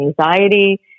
anxiety